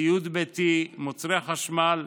ציוד ביתי, מוצרי חשמל,